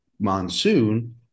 Monsoon